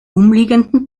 umliegenden